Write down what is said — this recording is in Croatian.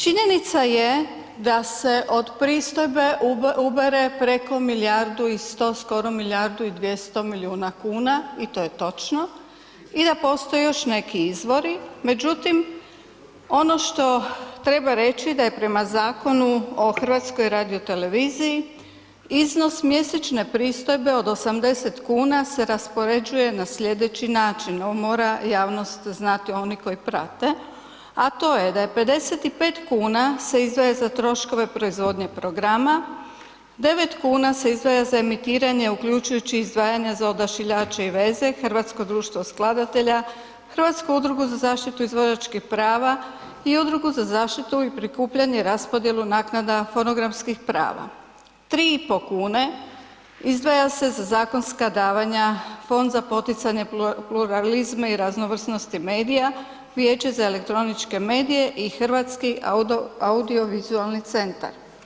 Činjenica je da se od pristojbe ubere preko milijardu 100, skoro milijardu i 200 milijuna kuna i to je točno i da postoje još neki izvori, međutim ono što treba reći da je prema Zakonu o HRT-u iznos mjesečne pristojbe od 80 kuna se raspoređuje na sljedeći način, ovo mora javnost znati oni koji prate, a to je da je 55 kuna se izdvaja za troškove proizvodnje programa, 9 kuna se izdvaja za emitiranje uključujući izdvajanja za Odašiljače i veze, Hrvatsko društvo skladatelja, Hrvatsku udrugu za zaštitu izvođačkih prava i Udrugu za zaštitu i prikupljanje raspodjela naknada fonogramskih prava, 3,5 kune izdvaja se za zakonska davanja Fond za poticanje pluralizma i raznovrsnosti medija, Vijeće za elektroničke medije i Hrvatski audiovizualni centar.